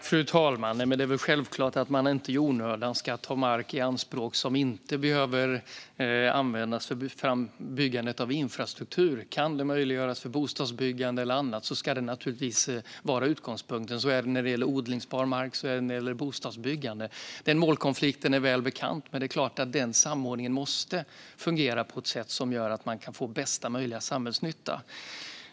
Fru talman! Det är självklart att man inte i onödan ska ta i anspråk mark som inte behöver användas för byggande av infrastruktur. Om det är möjligt att använda den till bostadsbyggande eller annat ska det naturligtvis vara utgångspunkten. Så är det när det gäller odlingsbar mark, och så är det när det gäller bostadsbyggande. Den målkonflikten är väl bekant. Det är klart att samordningen måste fungera på ett sätt som gör att man kan få bästa möjliga samhällsnytta.